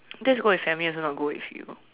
that's go with family also not go with you